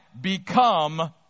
become